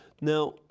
Now